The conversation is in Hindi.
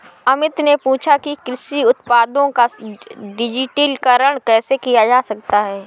अमित ने पूछा कि कृषि उत्पादों का डिजिटलीकरण कैसे किया जा सकता है?